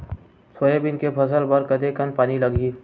Soybean के फसल बर कतेक कन पानी लगही?